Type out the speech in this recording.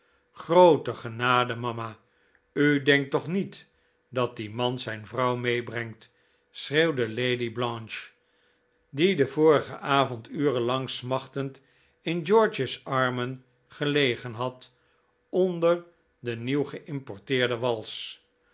groote genade mama u denkt toch niet dat die man zijn vrouw meebrengt schreeuwde lady blanche die den vorigen avond uren lang smachtend in george's armen gelegen had onder de nieuw geimporteerde wals